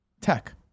tech